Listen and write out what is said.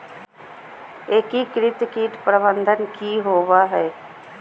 एकीकृत कीट प्रबंधन की होवय हैय?